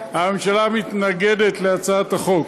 הממשלה מתנגדת להצעת החוק.